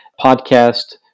podcast